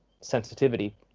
sensitivity